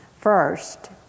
first